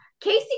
casey